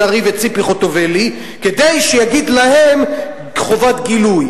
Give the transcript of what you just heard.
בן-ארי וציפי חוטובלי כדי שיגיד להם חובת גילוי.